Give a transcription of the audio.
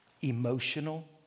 emotional